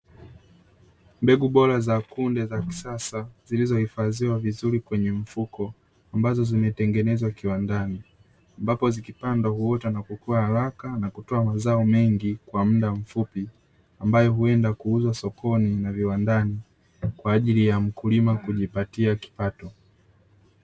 Mbegu bora za kunde za kisasa zilizo hifadhiwa vizuri kwenye mfuko ambazo zimetengenezwa kiwandani ambapo zikipandwa huota na kukua haraka na kutoa mazao mengi kwa muda mfupi ambayo huenda kuuzwa sokoni na viwandani kwa ajili ya mkulima kujipatia kipato.